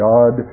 God